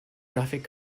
graphic